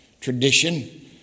tradition